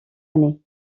année